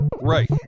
Right